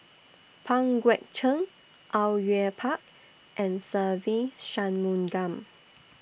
Pang Guek Cheng Au Yue Pak and Se Ve Shanmugam